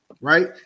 right